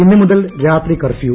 ഇന്നു മുതൽ രാത്രി കർഫ്യൂ